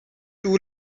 too